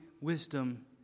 wisdom